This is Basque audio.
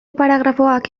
paragrafoak